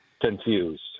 confused